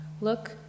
Look